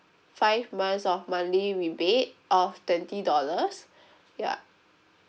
five months of monthly rebate of twenty dollars ya